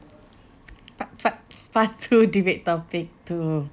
part part part two debate topic two